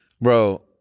Bro